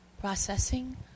processing